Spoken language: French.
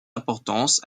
importance